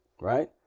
Right